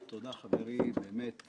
אני מבטיח לעשות את זה קצר.